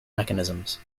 mechanisms